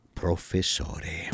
professore